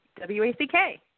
W-A-C-K